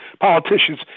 politicians